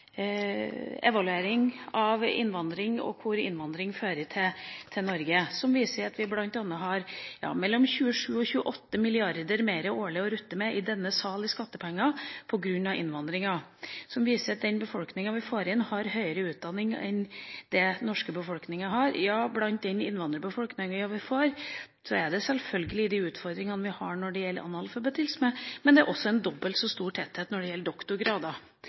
evaluering av innvandring og hva innvandring tilfører Norge, som viser at vi i denne sal bl.a. har mellom 27 og 28 mrd. mer å rutte med årlig i skattepenger på grunn av innvandringa, noe som viser at den befolkninga vi får inn, har høyere utdanning enn det den norske befolkninga har. Blant den innvandrerbefolkninga vi får, har vi selvfølgelig utfordringer når det gjelder analfabetisme, men det er også en dobbelt så stor tetthet når det gjelder